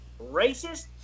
racist